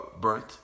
burnt